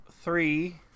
Three